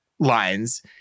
Lines